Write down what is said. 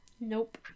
Nope